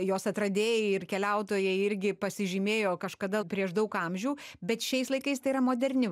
jos atradėjai ir keliautojai irgi pasižymėjo kažkada prieš daug amžių bet šiais laikais tai yra moderni